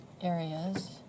areas